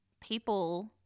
people